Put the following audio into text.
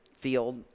field